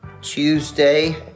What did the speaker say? tuesday